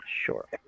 Sure